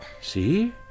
see